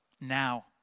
now